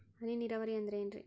ಹನಿ ನೇರಾವರಿ ಅಂದ್ರೇನ್ರೇ?